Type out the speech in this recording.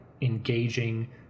engaging